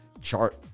chart